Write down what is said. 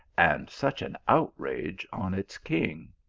and such an outrage on its king.